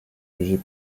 jugées